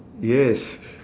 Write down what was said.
yes